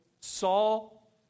Saul